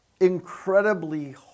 incredibly